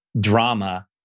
drama